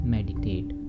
Meditate